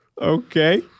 Okay